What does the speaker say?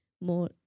more